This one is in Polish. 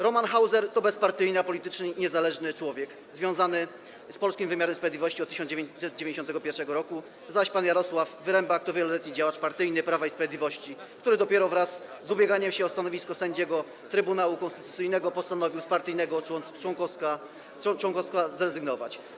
Roman Hauser to bezpartyjny, apolityczny, niezależny człowiek związany z polskim wymiarem sprawiedliwości od 1991 r., zaś pan Jarosław Wyrembak to wieloletni działacz partyjny Prawa i Sprawiedliwości, który dopiero wraz z ubieganiem się o stanowisko sędziego Trybunału Konstytucyjnego postanowił z partyjnego członkostwa zrezygnować.